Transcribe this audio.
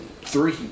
three